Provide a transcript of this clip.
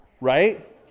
Right